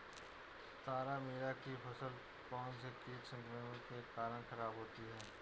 तारामीरा की फसल कौनसे कीट संक्रमण के कारण खराब होती है?